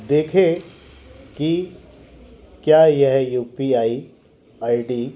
देखें की क्या यह U P I I D